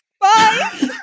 Bye